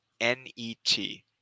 N-E-T